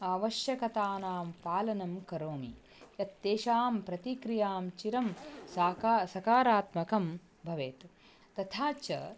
आवश्यकतां पालनं करोमि यत् तेषां प्रतिक्रियां चिरं साकं सकारात्मकं भवेत् तथा च